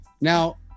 now